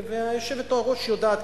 היושבת-ראש יודעת,